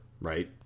right